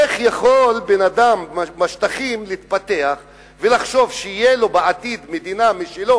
איך יכול אדם בשטחים להתפתח ולחשוב שתהיה לו בעתיד מדינה משלו